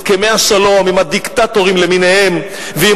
הסכמי השלום עם הדיקטטורים למיניהם ועם